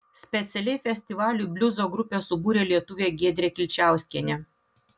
specialiai festivaliui bliuzo grupę subūrė lietuvė giedrė kilčiauskienė